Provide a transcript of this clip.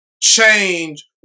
change